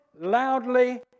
loudly